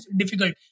difficult